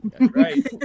right